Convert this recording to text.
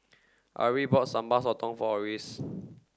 Ari bought Sambal Sotong for Orris